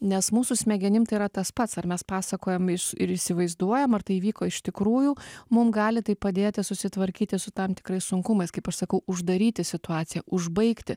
nes mūsų smegenim tai yra tas pats ar mes pasakojam iš ir įsivaizduojam ar tai įvyko iš tikrųjų mum gali tai padėti susitvarkyti su tam tikrais sunkumais kaip aš sakau uždaryti situaciją užbaigti